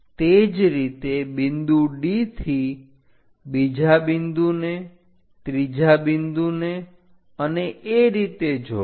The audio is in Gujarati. તે જ રીતે બિંદુ D થી બીજા બિંદુને ત્રીજા બિંદુને અને એ રીતે જોડો